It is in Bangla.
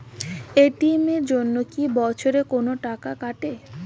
এ.টি.এম এর জন্যে কি বছরে কোনো টাকা কাটে?